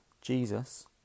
Jesus